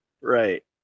Right